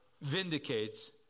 vindicates